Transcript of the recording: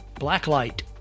Blacklight